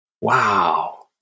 Wow